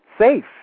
safe